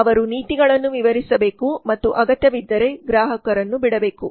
ಅವರು ನೀತಿಗಳನ್ನು ವಿವರಿಸಬೇಕು ಮತ್ತು ಅಗತ್ಯವಿದ್ದರೆ ಗ್ರಾಹಕರನ್ನು ಬಿಡಬೇಕು